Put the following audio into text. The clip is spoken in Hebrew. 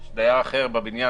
דייר אחר בבניין,